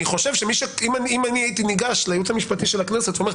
אם אני הייתי ניגש לייעוץ המשפטי של הכנסת ואומר,